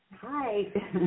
Hi